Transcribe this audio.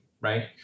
right